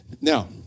Now